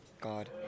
God